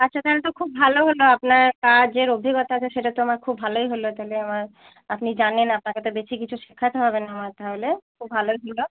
আচ্ছা তাহলে তো খুব ভালো হলো আপনার কাজের অভিজ্ঞতা আছে সেটা তো আমার খুব ভালোই হলো তাহলে আমার আপনি জানেন আপনাকে তো বেশি কিছু শেখাতে হবে না আমার তাহলে খুব ভালোই হলো